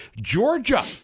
Georgia